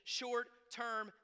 short-term